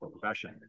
profession